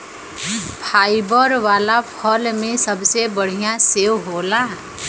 fibre वाला फल में सबसे बढ़िया सेव होला